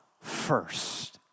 first